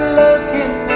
looking